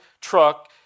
truck